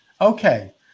Okay